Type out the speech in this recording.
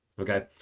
Okay